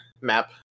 map